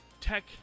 tech